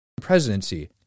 presidency